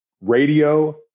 radio